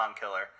killer